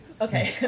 Okay